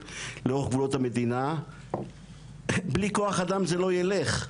לאורך גבולות המדינה בלי כוח אדם זה לא ילך.